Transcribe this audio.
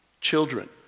Children